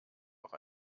auch